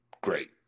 great